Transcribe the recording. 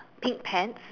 pink pants